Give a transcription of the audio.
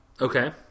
Okay